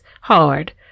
hard